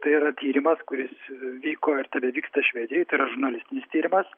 tai yra tyrimas kuris vyko ir tebevyksta švedijoj žurnalistinis tyrimas